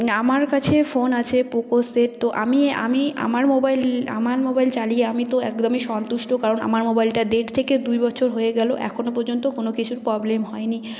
আমার কাছে ফোন আছে পোকো সেট তো আমি আমি আমার মোবাইল আমার মোবাইল চালিয়ে আমি তো একদমই সন্তুষ্ট কারণ আমার মোবাইলটা দেড় থেকে দুই বছর হয়ে গেল এখনও পর্যন্ত কোনও কিছুর প্রবলেম হয়নি